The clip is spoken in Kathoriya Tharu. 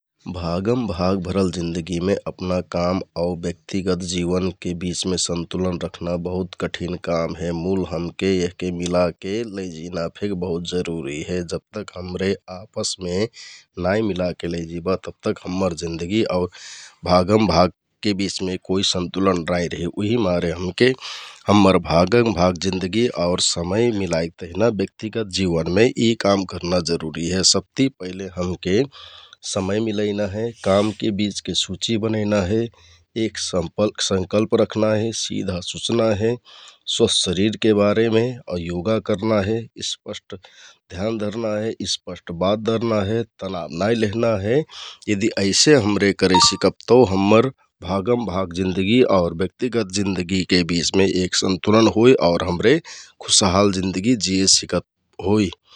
भागमभाग भरल जिन्दगिमे अपना काम आउ ब्यक्तिगत जिवनके बिचमे सन्तुलन रखना बहुत कठिन काम हे । मुल हमके यहके मिलाके लैजिना फेक बहुत जरुरि हे । जबतक हमरे आपसमे नाइ मिलाके लैजिबा तबतक हम्मर जिन्दगि आउर भागमभागके बिचमे कोइ सन्तुलन नाइ रिहि । उहिकमारे हमके हम्मर भागम भाग जिन्दगि आउर समय मिलाइ तहना ब्यक्तिगत जिवनमे यि काम करना सबति जरुरि हे । सबति पहले हमके कामके बिचके सुचि बनैना हे, एक संकल्प रखना हे आउ सुँचना हे स्वास्थ शरिरके बारेमे आउ योगा करना हे । स्पस्ट ध्यान धरना हे, स्पस्ट बात धरना हे, मनमे तनाब नाइ लेहना हे यदि अइसे हमरे करे सिकब ते तौ हम्मर भागमभाग जिन्दगि आउ ब्यक्तिगत जिन्दगिलके बिचमे एक सन्तुलन होइ आउर हमरे खुशहाल जिन्दगी जिये सिकत होइ ।